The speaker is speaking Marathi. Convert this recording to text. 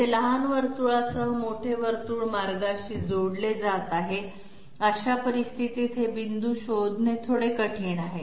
येथे लहान वर्तुळांसह मोठे वर्तुळ मार्गाशी जोडला जात आहे अशा परिस्थितीत हे पॉईंट शोधणे थोडे कठीण आहे